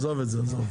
עזוב את זה.